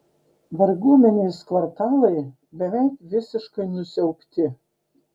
varguomenės kvartalai beveik visiškai nusiaubti